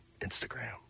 Instagram